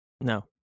No